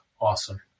awesome